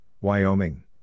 Wyoming